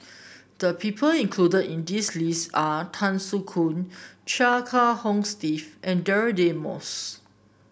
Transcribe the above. the people included in this list are Tan Soo Khoon Chia Kiah Hong Steve and Deirdre Moss